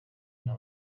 nta